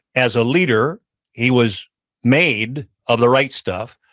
as a leader he was made of the right stuff.